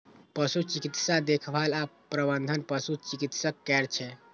पशु चिकित्सा देखभाल आ प्रबंधन पशु चिकित्सक करै छै